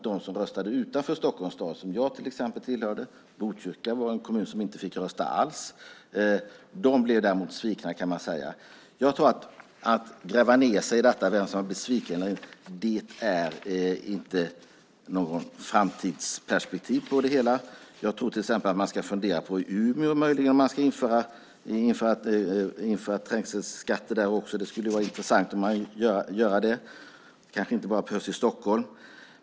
De som röstade utanför Stockholms stad, som till exempel jag - Botkyrka var en kommun som inte fick rösta alls - blev däremot svikna, kan man säga. Att gräva ned sig i detta med vem som blev sviken tror jag inte är något framtidsperspektiv på det hela. Jag tror till exempel att man möjligen ska fundera på Umeå, om man ska införa trängselskatter där också. Det skulle vara intressant att göra det. Det kanske inte bara behövs i Stockholm.